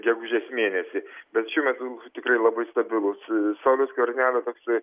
gegužės mėnesį bet šiuo metu tikrai labai stabilus sauliaus skvernelio toksai